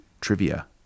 Trivia